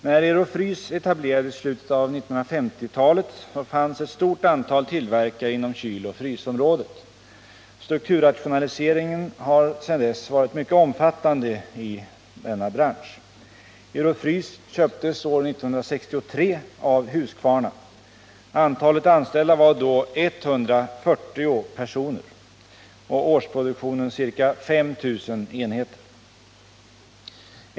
När Ero-Frys etablerades i slutet av 1950-talet fanns ett stort antal tillverkare inom kyloch frysområdet. Strukturrationaliseringen har sedan dess varit mycket omfattande i denna bransch. Ero-Frys köptes år 1963 av Husqvarna. Antalet anställda var då 140 personer och årsproduktionen ca 5 000 enheter.